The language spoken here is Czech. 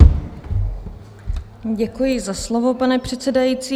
Děkuji za slovo, pane předsedající.